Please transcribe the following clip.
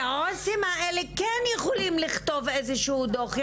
העו"סים האלה כן יכולים לכתוב איזשהו דוח.